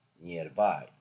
nearby